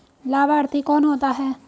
लाभार्थी कौन होता है?